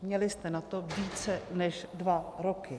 Měli jste na to více než dva roky.